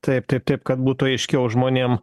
taip taip taip kad būtų aiškiau žmonėm